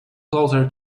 closer